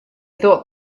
thought